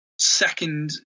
second